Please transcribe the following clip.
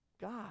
God